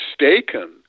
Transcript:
mistaken